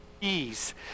ease